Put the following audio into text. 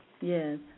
Yes